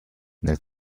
nel